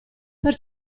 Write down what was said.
per